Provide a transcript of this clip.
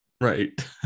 Right